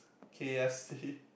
k_f_c